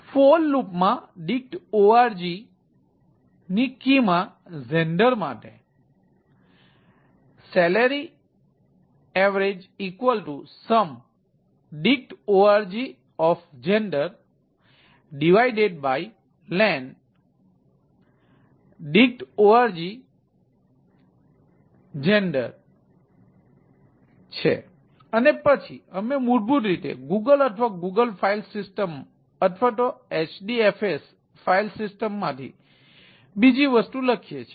તો ચાલો એક blank થી dictorggender ને ઇનિશલાઇજ઼ salAvgsumlen છે અને પછી અમે મૂળભૂત રીતે Google અથવા GFS અથવા HDFS ફાઇલ સિસ્ટમમાંથી બીજી વસ્તુ લખીએ છીએ